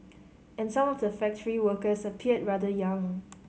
and some of the factory workers appeared rather young